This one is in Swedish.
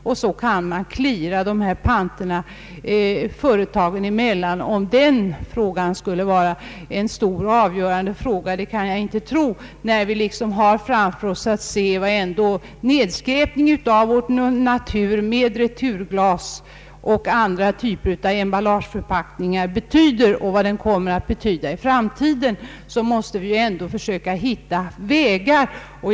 Sedan kan man cleara panterna företagen emellan. Att den frågan skulle vara en stor och avgörande fråga kan jag inte tro, om vi inser vilka svårigheter nedskräpningen av vår natur med retur glas och andra typer av förpackningar kommer att medföra i framtiden. Vi måste försöka finna utvägar.